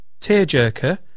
tearjerker